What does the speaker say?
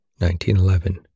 1911